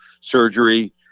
surgery